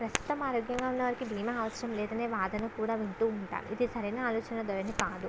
ప్రస్తుతం ఆరోగ్యంగా ఉన్న వారికి భీమా అవసరం లేదనే వాదన కూడా వింటూ ఉంటారు ఇది సరైన ఆలోచన ధోరణి కాదు